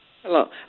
Hello